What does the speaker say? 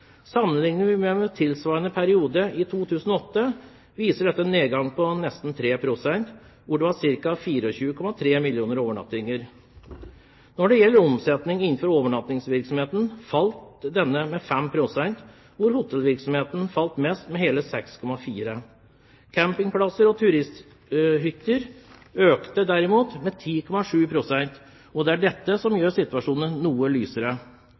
Sammenligner vi med tilsvarende periode i 2008, da det var ca. 24,3 mill. overnattinger, viser dette en nedgang på nesten 3 pst. Når det gjelder omsetningen innenfor overnattingsvirksomheten, falt denne med 5 pst. Hotellvirksomheten falt mest, med hele 6,4 pst. Campingplasser og turisthytter økte derimot omsetningen med 10,7 pst., og det er dette som gjør situasjonen noe lysere.